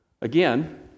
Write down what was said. Again